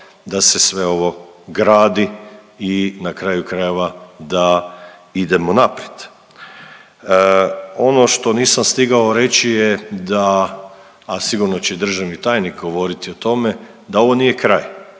da se sve ovo gradi i na kraju krajeva da idemo naprijed. Ono što nisam stigao reći da, a sigurno će državni tajnik govoriti o tome, da ovo nije kraj.